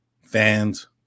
fans